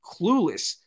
clueless